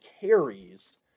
carries